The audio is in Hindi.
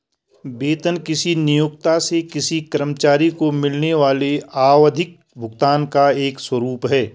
वेतन किसी नियोक्ता से किसी कर्मचारी को मिलने वाले आवधिक भुगतान का एक स्वरूप है